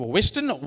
Western